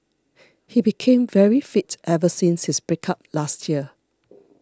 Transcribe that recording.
he became very fit ever since his break up last year